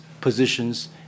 positions